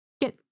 get